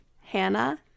Hannah